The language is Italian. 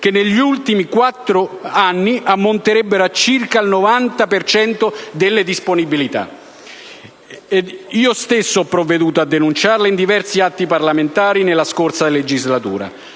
che negli ultimi quattro anni ammonterebbero a circa il 90 per cento delle disponibilità. Io stesso ho provveduto a denunciarlo in diversi atti parlamentari nella scorsa legislatura.